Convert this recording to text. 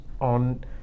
on